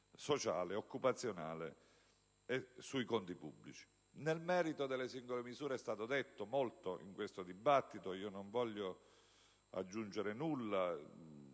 sociale, occupazionale e sui conti pubblici. Nel merito delle singole misure è stato detto molto, in questo dibattito, e io non voglio aggiungere nulla